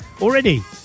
already